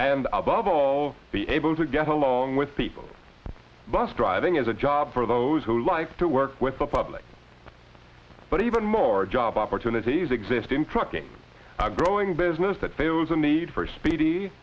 and above all be able to get along with people bus driving is a job for those who like to work with the public but even more job opportunities exist in trucking a growing business that favors a need for speedy